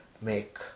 make